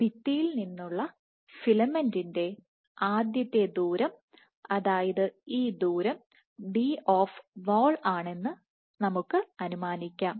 ഭിത്തിയിൽ നിന്നുള്ള ഫിലമെന്റിന്റെ ആദ്യത്തെ ദൂരം അതായത് ഈ ദൂരം ഡി ഓഫ് വാൾ ആണെന്ന് അനുമാനിക്കാം